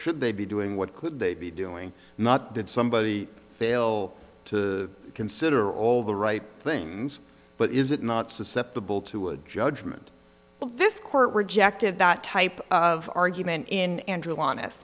should they be doing what could they be doing not did somebody fail to consider all the right things but is it not susceptible to a judgment of this court rejected that type of argument in and